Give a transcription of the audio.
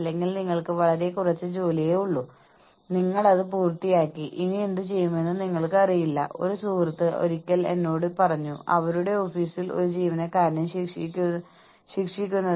അതിനാൽ നിങ്ങൾ തൊഴിലാളികൾക്കിടയിൽ വിതരണം ചെയ്യാൻ ശ്രമിക്കുന്ന 50 കോടി ലാഭത്തിന്റെ ഒരു ഭാഗം ഓരോ ജീവനക്കാരനും ലഭിക്കുന്നുണ്ടെന്ന് നിങ്ങൾക്കറിയാം